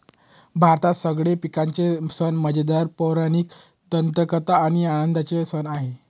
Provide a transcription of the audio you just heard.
भारतात सगळे पिकांचे सण मजेदार, पौराणिक दंतकथा आणि आनंदाचे सण आहे